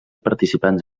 participants